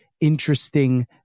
interesting